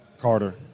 Carter